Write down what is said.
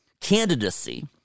candidacy